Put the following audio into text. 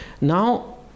Now